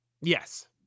Yes